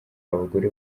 abagore